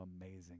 amazing